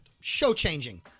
show-changing